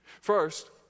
First